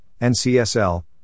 NCSL